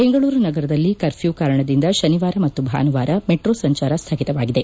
ಬೆಂಗಳೂರು ನಗರದಲ್ಲಿ ಕರ್ಫ್ಯೂ ಕಾರಣದಿಂದ ಶನಿವಾರ ಮತ್ತು ಭಾನುವಾರ ಮೆಟ್ರೊ ಸಂಚಾರ ಸ್ನಗಿತವಾಗಿದೆ